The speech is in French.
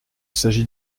s’agit